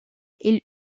ils